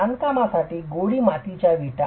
बांधकामासाठी गोळी मातीच्या विटा